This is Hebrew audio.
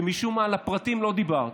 שמשום מה על הפרטים לא דיברת.